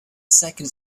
second